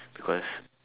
because